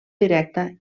directa